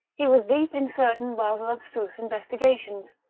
he was deep in certain rather abstruse investigations,